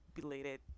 belated